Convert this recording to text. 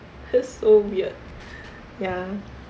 that's so weird ya